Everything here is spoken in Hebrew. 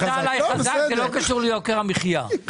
ש"ס עבדה עליי חזק, זה לא קשור ליוקר המחיה...